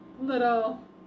little